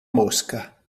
mosca